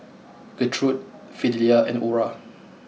Gertrude Fidelia and Orah